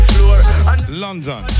london